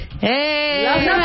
Hey